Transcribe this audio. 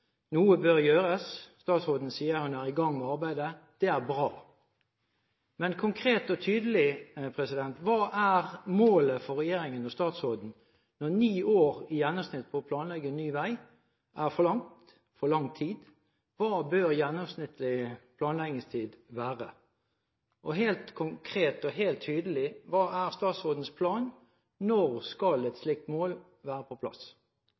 Noe bør gjøres. Statsråden sier hun er i gang med arbeidet. Det er bra. Men konkret og tydelig: Hva er målet for regjeringen og statsråden? Når ni år i gjennomsnitt på å planlegge ny vei er for lang tid, hva bør gjennomsnittlig planleggingstid være? Og helt konkret og helt tydelig: Hva er statsrådens plan? Når skal et slikt mål være på plass?